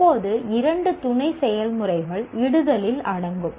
இப்போது இரண்டு துணை செயல்முறைகள் இடுதலில் அடங்கும்